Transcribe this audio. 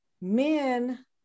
men